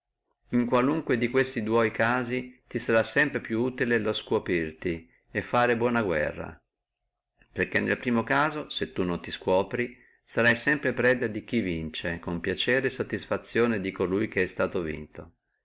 in qualunque di questi dua casi ti sarà sempre più utile lo scoprirti e fare buona guerra perché nel primo caso se non ti scuopri sarai sempre preda di chi vince con piacere e satisfazione di colui che è stato vinto